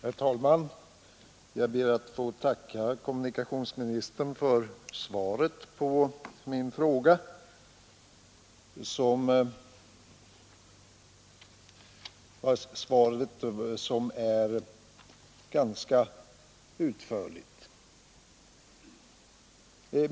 Herr talman! Jag ber att få tacka kommunikationsministern för det ganska utförliga svaret.